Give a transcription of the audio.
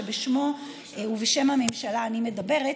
שבשמו ובשם הממשלה אני מדברת,